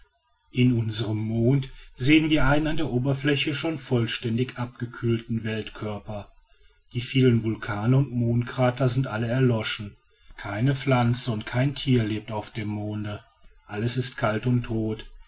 in unserem mond sehen wir einen an der oberfläche schon vollständig abgekühlten weltkörper die vielen vulkane und mondkrater sind alle erloschen keine pflanze und kein tier lebt auf dem monde alles ist kalt und tot